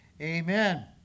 amen